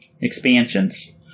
expansions